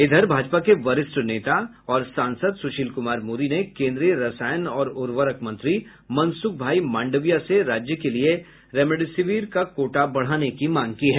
इधर भाजपा के वरिष्ठ नेता और सांसद सुशील कुमार मोदी ने केन्द्रीय रसायन और उर्वरक मंत्री मनसुख भाई मांडविया से राज्य के लिए रेमडेसिविर का कोटा बढ़ाने की मांग की है